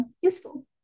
useful